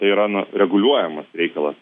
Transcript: tai yra na reguliuojamas reikalas